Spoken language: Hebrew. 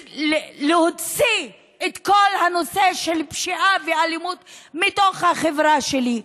להוציא את כל הנושא של פשיעה ואלימות מתוך החברה שלי.